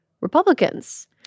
Republicans